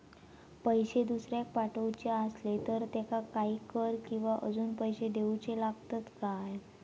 पैशे दुसऱ्याक पाठवूचे आसले तर त्याका काही कर किवा अजून पैशे देऊचे लागतत काय?